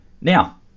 Now